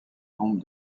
tombe